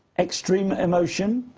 extreme emotion.